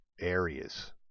areas